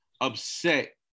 upset